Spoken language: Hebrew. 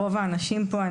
רוב האנשים פה.